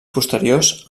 posteriors